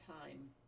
time